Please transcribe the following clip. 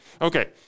okay